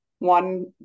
one